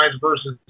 versus